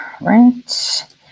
right